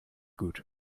gut